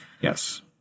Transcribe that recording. Yes